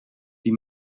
die